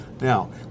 Now